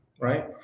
right